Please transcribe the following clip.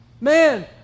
Man